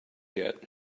yet